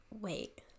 wait